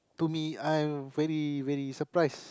to me I very very surprised